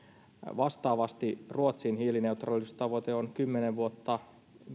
vastaavasti ruotsin hiilineutraaliustavoite on kymmenen vuotta